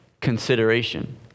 consideration